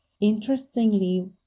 interestingly